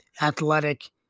athletic